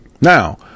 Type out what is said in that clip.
Now